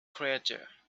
creature